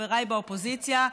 חבריי באופוזיציה.